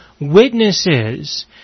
witnesses